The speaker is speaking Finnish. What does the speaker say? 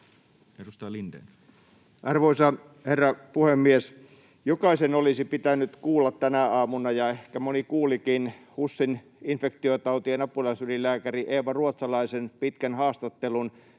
edustaja Lindén. Arvoisa herra puhemies! Jokaisen olisi pitänyt kuulla tänä aamuna — ja ehkä moni kuulikin — HUSin infektiotautien apulaisylilääkärin Eeva Ruotsalaisen pitkä haastattelu